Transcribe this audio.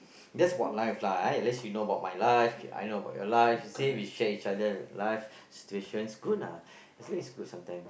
that's about life lah ah unless you know about my life I know about your life you say we share each other life situations good ah actually it's good sometimes